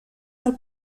del